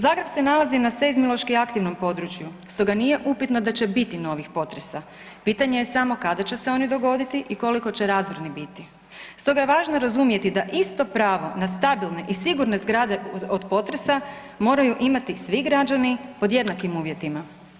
Zagreb se nalazi na seizmološki aktivnom području stoga nije upitno da će biti novih potresa, pitanje je samo kada će se oni dogoditi i koliko će razorni biti stoga je važno razumjeti da isto pravo na stabilne i sigurne zgrade od potresa, moraju imati svi građani pod jednakim uvjetima.